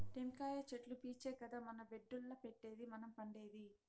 టెంకాయ చెట్లు పీచే కదా మన బెడ్డుల్ల పెట్టేది మనం పండేది